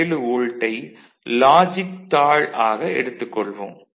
7 வோல்ட்டை லாஜிக் தாழ் ஆக எடுத்துக் கொள்வோம்